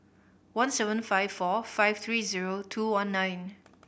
one seven five four five three zero two one nine